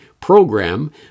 program